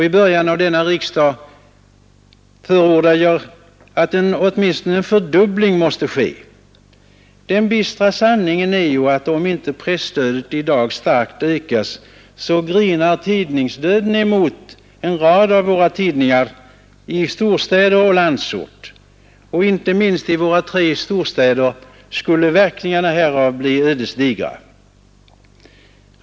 I början av denna riksdag förordade jag att åtminstone en fördubbling måste ske. Den bistra sanningen är att om inte presstödet nu starkt ökas grinar tidningsdöden emot en rad av våra stora och betydande tidningar i storstäderna och i landsorten. Inte minst i våra tre storstäder skulle verkningarna bli ödesdigra.